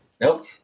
Nope